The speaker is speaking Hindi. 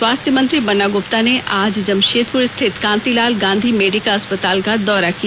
स्वास्थ्य मंत्री बन्ना गुप्ता ने आज जमशेदपुर स्थित कांतिलाल गांधी मेडिका अस्पताल का दौरा किया